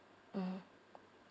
mmhmm